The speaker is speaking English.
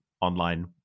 online